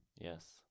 Yes